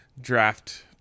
draft